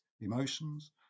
emotions